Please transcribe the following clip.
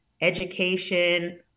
education